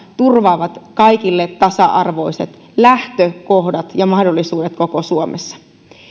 turvaavat kaikille tasa arvoiset lähtökohdat ja mahdollisuudet koko suomessa